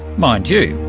mind you,